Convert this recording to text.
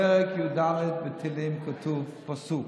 בפרק י"ד בתהילים כתוב פסוק: